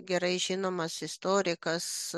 gerai žinomas istorikas